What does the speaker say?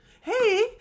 Hey